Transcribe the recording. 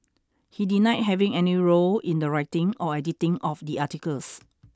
he denied having any role in the writing or editing of the articles